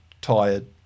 tired